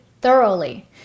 thoroughly